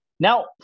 Now